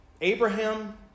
Abraham